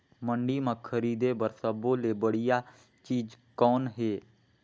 मंडी म खरीदे बर सब्बो ले बढ़िया चीज़ कौन हे?